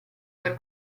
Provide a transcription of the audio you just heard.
per